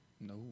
No